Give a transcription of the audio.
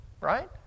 right